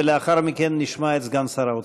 ולאחר מכן נשמע את סגן שר האוצר.